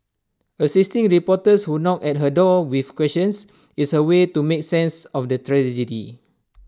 assisting reporters who knock at her door with questions is her way to making sense of the tragedy